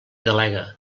delega